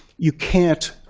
you can't